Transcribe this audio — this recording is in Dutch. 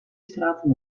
straten